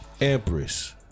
Empress